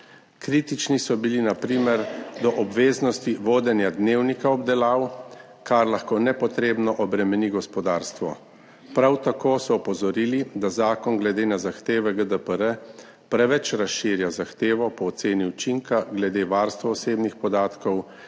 Kritični so bili na primer do obveznosti vodenja dnevnika obdelav, kar lahko nepotrebno obremeni gospodarstvo. Prav tako so opozorili, da zakon glede na zahteve GDPR preveč razširja zahtevo po oceni učinka glede varstva osebnih podatkov in